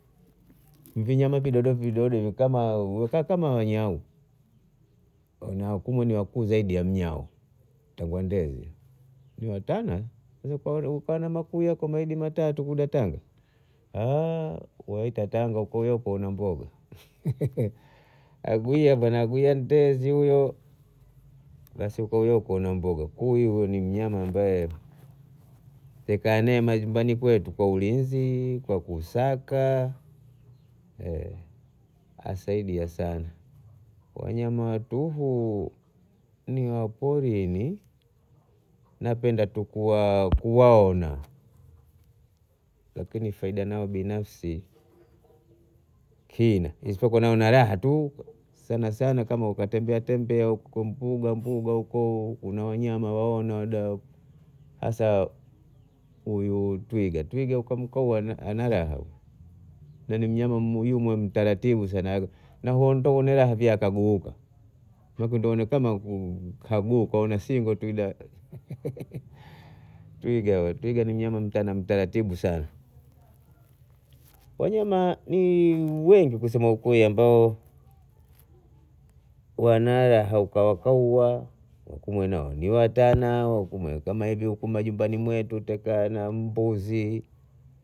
Vinyama vidodo vidodo kama kama wanyau wakumwene wakuu Zaidi ya myau watakuwa ndezi hao ni watana ukawa na makuya wawili watatu kuna tana waita tanga kuya kuona mboga akuiya akuiya ndezi huyo basi kuyu kuona mboga, huyu ni mnyama ambaye ukika naye majumbani kwetu kwa ulinzi, kwa kusaka asaidia sana. Wanyama watuhu ni wapolini napenda tu kuwa kuwaona, lakini faida nao binafsi kina isipokuwa nao raha tu sana sana kama ukatembea tembea huk- huko mbuga mbuga huko kuna wanyama waone wada hasa huyu twiga, twiga kamu kamona ana raha na ni mnyama yu mtaratibu sana na hundonela vyakahuguuka na ndo kama kahuguuka kaona singo twiga ni mnyama mtana mtaratibu sana. Wanyama ni wengi kusema ukweli ambao wanala hawa kaukau wakumwena ni hatanatana wakumwena hivi majumbani mwetu tutakaa na mbu- mbuzi